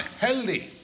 healthy